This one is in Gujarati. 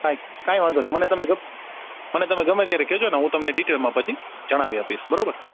કાંઇ કાંઇ વાંધો નહીં મને તમે મને તમે ગમે ત્યારે કેજોને હું તમને ડિટેલમાં પછી જણાવી આપીશ બરોબર